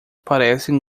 parecem